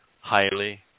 highly